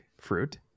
fruit